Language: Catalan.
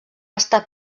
estat